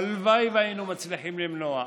הלוואי שהיינו מצליחים למנוע.